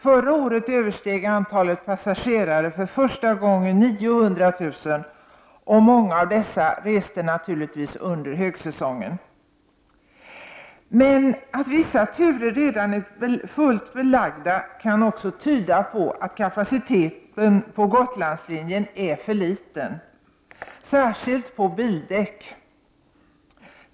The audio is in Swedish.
Förra året översteg antalet passagerare för första gången 900 000, och många av dessa reste under högsäsongen. Men att vissa turer redan är fullbelagda kan också tyda på att kapaciteten på Gotlandslinjen är för liten, särskilt när det gäller bilplatser.